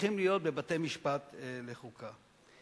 שצריכים להיות בבתי-משפט לחוקה.